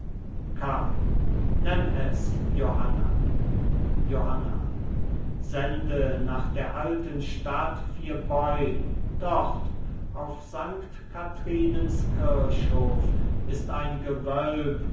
nenn es johanna johanna sende nach der alten stadt fierboys dort auf sankt kathrinens kirchhof ist ein gewölb